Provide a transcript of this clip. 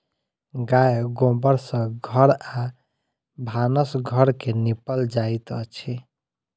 गाय गोबर सँ घर आ भानस घर के निपल जाइत अछि